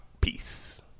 Peace